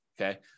Okay